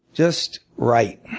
just write.